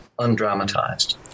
undramatized